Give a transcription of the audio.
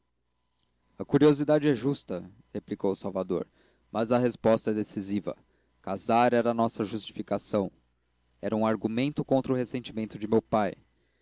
a curiosidade é justa replicou salvador mas a resposta é decisiva casar era a nossa justificação era um argumento contra o ressentimento de meu pai